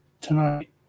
tonight